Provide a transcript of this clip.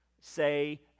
say